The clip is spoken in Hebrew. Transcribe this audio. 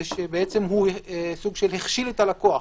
זה סוג של הכשלת הלקוח,